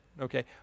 okay